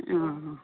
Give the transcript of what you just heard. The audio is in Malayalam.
ആ ആ